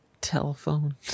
telephone